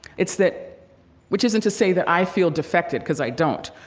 it's that which isn't to say that i feel defected, because i don't.